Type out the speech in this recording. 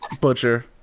Butcher